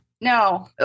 No